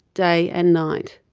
day and night.